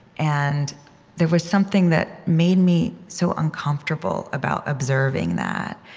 and there was something that made me so uncomfortable about observing that.